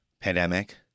pandemic